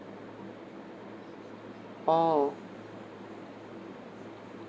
oh